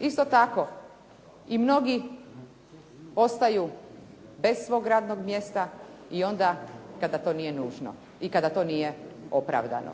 Isto tako, mnogi ostaju bez svog radnog mjesta i onda kada to nije nužno i kada to nije opravdano.